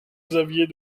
xavier